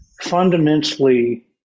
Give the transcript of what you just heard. fundamentally